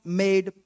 made